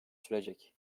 sürecek